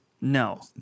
No